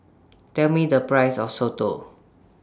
Tell Me The Price of Soto